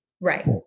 Right